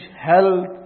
health